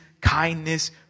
kindness